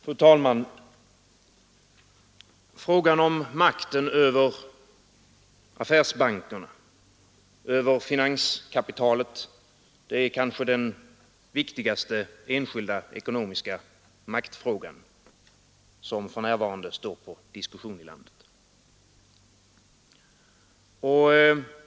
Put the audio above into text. Fru talman! Frågan om makten över affärsbankerna, över finanskapitalet, är kanske den viktigaste enskilda ekonomiska maktfråga som för närvarande diskuteras i landet.